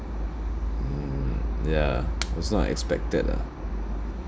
mm yeah it was not expected lah